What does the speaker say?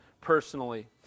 personally